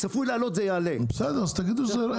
צפוי לעלות זה יעלה --- מוטי, תקשיב.